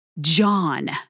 John